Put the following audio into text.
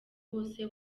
wose